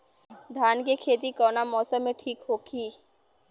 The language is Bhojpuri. धान के खेती कौना मौसम में ठीक होकी?